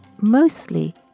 mostly